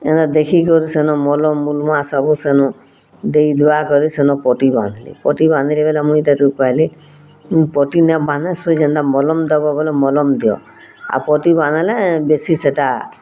ଏବେ ଦେଖିକରି ସେନ୍ ମଲମ୍ ମୁଲମା ସବୁ ସେଣୁ ଦେଇ ଦୁଆ କରି ସେନ୍ ପଟି ବାନ୍ଧିଲି ପଟି ବାନ୍ଧିଲି ବୋଲେ ମୁଇଁ ତାକୁ କହିଲି ତୁ ପଟି ନାଇଁ ବାନ୍ଧେ ସୁଈ ଯେନ୍ତା ମଲମ୍ ଦବ ବୋଲେ ମଲମ୍ ଦିଅ ଆଉ ପଟି ବାନ୍ଧିଲେ ବେଶୀ ସେଇଟା